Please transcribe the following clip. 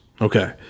okay